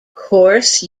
course